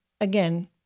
again